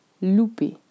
Louper